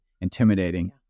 intimidating